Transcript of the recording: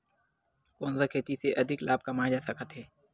कोन सा खेती से अधिक लाभ कमाय जा सकत हे?